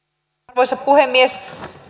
arvoisa puhemies tämä